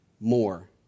more